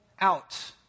out